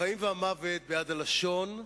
החיים והמוות ביד הלשון,